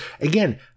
again